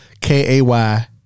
K-A-Y